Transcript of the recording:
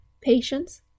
patience